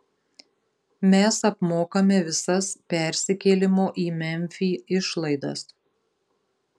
mes apmokame visas persikėlimo į memfį išlaidas